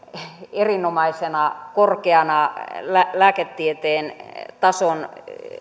erinomaisena korkean lääketieteen tason